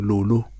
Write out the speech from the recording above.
Lulu